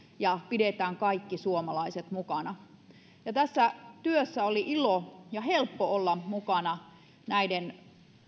ja pidetään kaikki suomalaiset mukana tässä työssä oli ilo ja helppo olla näiden